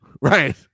Right